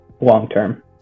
long-term